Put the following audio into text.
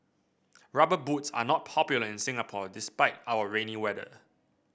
Rubber Boots are not popular in Singapore despite our rainy weather